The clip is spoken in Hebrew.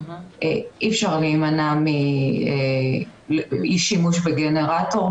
אי אפשר להימנע מאי שימוש בגנרטור,